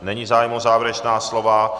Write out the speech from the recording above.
Není zájem o závěrečná slova.